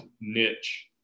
niche